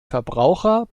verbraucher